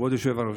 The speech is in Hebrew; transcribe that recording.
כבוד היושב-ראש,